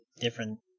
different